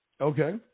Okay